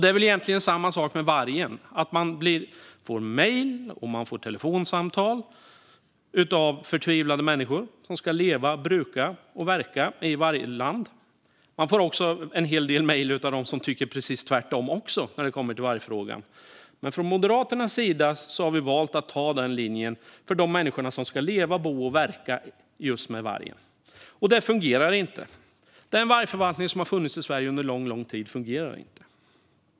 Det är egentligen samma sak med vargen: Man får mejl och telefonsamtal från förtvivlade människor som ska leva, bruka och verka i vargland. Man får också en hel del mejl av dem som tycker precis tvärtom i vargfrågan. Från Moderaternas sida har vi dock valt en linje för de människor som ska leva, bo och verka med vargen. Den vargförvaltning som har funnits i Sverige under lång tid fungerar inte.